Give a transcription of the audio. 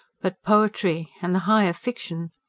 but poetry, and the higher fiction!